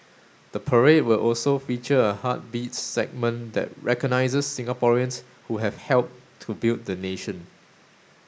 the parade will also feature a heartbeats segment that recognises Singaporeans who have helped to build the nation